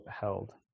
held